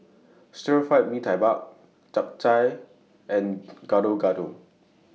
Stir Fry Mee Tai Mak Chap Chai and Gado Gado